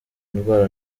indwara